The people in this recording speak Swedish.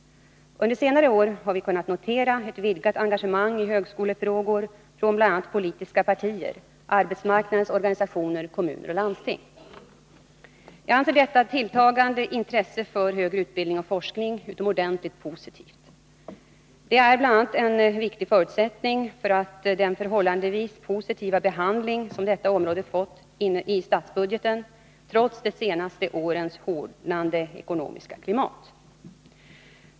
Under senare år har vi kunnat notera ett vidgat engagemang i högskolefrågor från bl.a. politiska partier, arbetsmarknadens organisationer, kommuner och landsting. Jag anser detta tilltagande intresse för högre utbildning och forskning utomordentligt positivt. Det är bl.a. en viktig förutsättning för den förhållandevis positiva behandling som detta område fått i statsbudgeten trots de senaste årens hårdnande ekonomiska klimat.